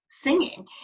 singing